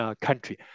country